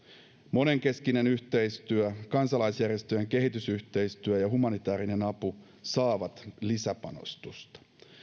monenkeskinen yhteistyö kansalaisjärjestöjen kehitysyhteistyö ja humanitäärinen apu saavat lisäpanostusta